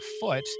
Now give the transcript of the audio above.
foot